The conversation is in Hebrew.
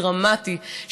דרמטי,